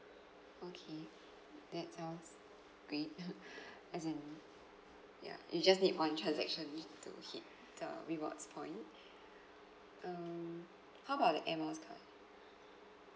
okay that sounds great as in ya you just need one transaction only to hit the rewards point um how about the air miles card